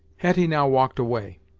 hetty now walked away,